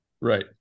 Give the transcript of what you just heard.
right